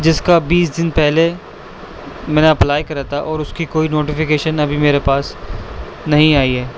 جس کا بیس دن پہلے میں نے اپلائی کرا تھا اور اس کی کوئی نوٹیفکیشن ابھی میرے پاس نہیں آئی ہے